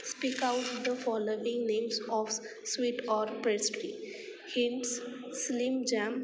speak out the following names of sweet or pastry hints slim jam